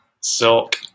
silk